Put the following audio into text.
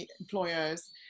employers